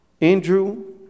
Andrew